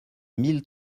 mille